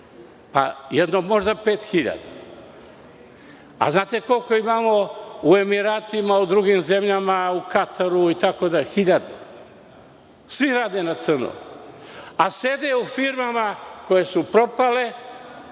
jedno pet hiljada. Znate koliko imamo u Emiratima, u drugim zemljama, u Kataru, itd? Hiljade. Svi rade na crno. Sede u firmama koje su propale,